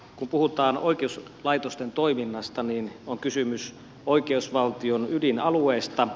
kun puhutaan oikeuslaitosten toiminnasta niin on kysymys oikeusvaltion ydinalueesta